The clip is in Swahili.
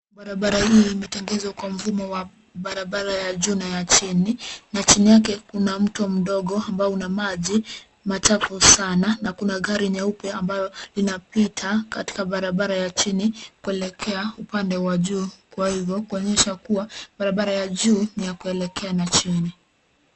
Barabara hii imetengezwa kwa mfumo wa barabara ya juu na ya chini, na chini yake kuna mto mdogo ambao una maji machafu sana, na kuna gari leupe ambalo linapita katika barabara ya chini kuelekea upande wa juu, kwa hivyo kuonyesha kuwa barabara ya juu ni ya kuelekea na chini.